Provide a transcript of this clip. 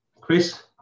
Chris